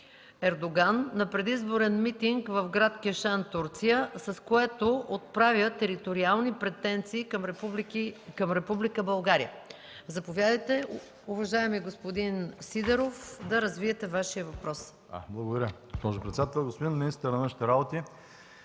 Ердоган на предизборен митинг в град Кешан, Турция, с което отправя териториални претенции към Република България. Заповядайте, уважаеми господин Сидеров, да развиете Вашия въпрос. ВОЛЕН СИДЕРОВ (Атака): Благодаря, госпожо председател. Господин министър на външните работи,